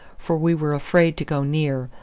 for we were afraid to go near,